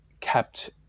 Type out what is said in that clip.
kept